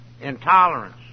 intolerance